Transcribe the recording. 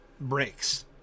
breaks